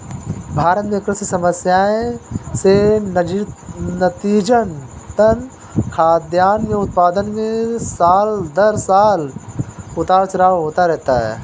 भारत में कृषि समस्याएं से नतीजतन, खाद्यान्न के उत्पादन में साल दर साल उतार चढ़ाव होता रहता है